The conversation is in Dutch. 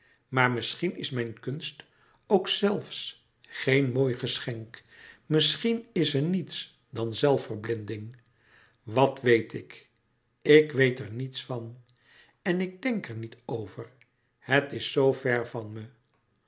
maar misschien is mijn kunst ook zelfs geen mooi geschenk misschien is ze niets dan zelfverblinding wat weet ik ik weet er niets van en ik denk er niet over het is zoo ver van me